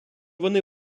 вони